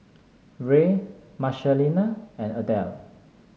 Ray Marcelina and Adell